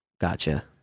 gotcha